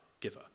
giver